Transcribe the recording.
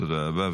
תודה רבה.